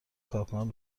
کارکنان